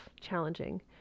challenging